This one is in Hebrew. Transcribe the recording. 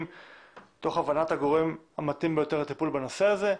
תוך הבנת הגורם המתאים ביותר לטיפול בנושא הזה.